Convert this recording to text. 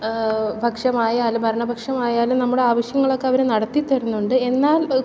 പക്ഷമായാലും ഭരണപക്ഷമായാലും നമ്മുടെ ആവശ്യങ്ങളൊക്കെ അവർ നടത്തിത്തരുന്നുണ്ട് എന്നാൽ